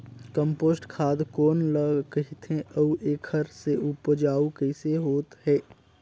Compost खाद कौन ल कहिथे अउ एखर से उपजाऊ कैसन होत हे?